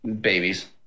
babies